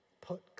put